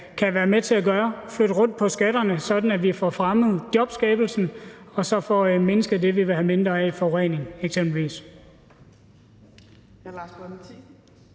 kan være med til at gøre, altså flytte rundt på skatterne, sådan at vi får fremmet jobskabelsen, og at vi så får mindsket det, som vi vil have mindre af, eksempelvis